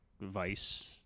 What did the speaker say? Vice